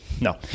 No